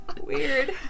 Weird